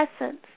essence